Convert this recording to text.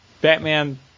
Batman